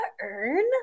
earn